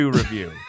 review